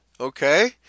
Okay